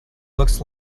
looks